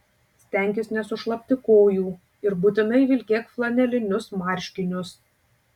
stenkis nesušlapti kojų ir būtinai vilkėk flanelinius marškinius